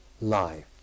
life